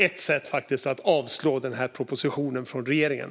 Ett sätt är att avslå propositionen från regeringen.